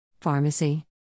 Pharmacy